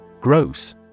Gross